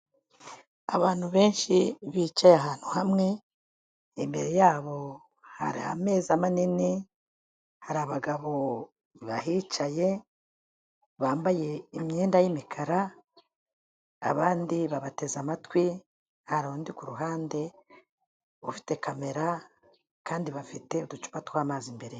Abantu benshi bicaye ahantu hamwe, imbere yabo hari ameza manini, hari abagabo bahicaye bambaye imyenda y'imikara, abandi babateze amatwi, hari undi ku ruhande ufite kamera, kandi bafite uducupa tw'amazi imbere.